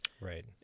Right